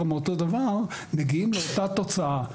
מאותו הדבר מגיעים לאותה התוצאה.